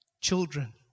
children